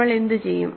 നമ്മൾ എന്തുചെയ്യും